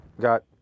got